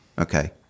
Okay